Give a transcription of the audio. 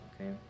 okay